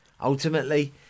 Ultimately